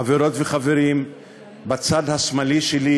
חברות וחברים בצד השמאלי שלי,